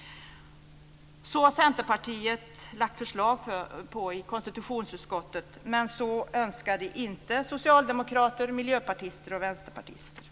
Centerpartiet har lagt fram förslag om detta i konstitutionsutskottet, men så önskar inte socialdemokrater, miljöpartister och vänsterpartister.